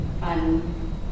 fun